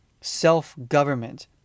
self-government